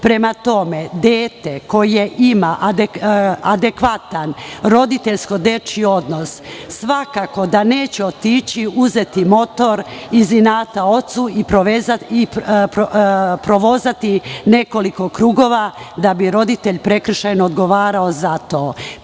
Prema tome, dete koje ima adekvatan roditeljko dečiji odnos svakako da neće otići, uzeti motor iz inata ocu i provozati nekoliko krugova da bi roditelj prekršajno odgovarao za